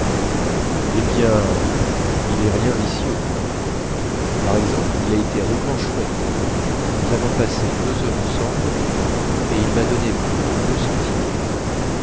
eh bien il est rien vicieux par exemple il a été rudement chouette nous avons passé deux heures ensemble et il ma donné plus de deux